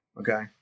okay